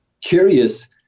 curious